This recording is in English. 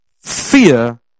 Fear